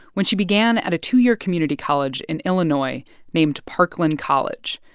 when she began at a two-year community college in illinois named parkland college.